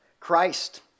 Christ